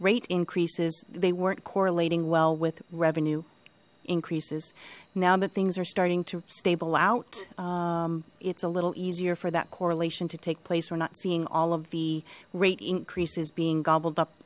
rate increases they weren't correlating well with revenue increases now that things are starting to stable out it's a little easier for that correlation to take place we're not seeing all of the rate increases being gobbled up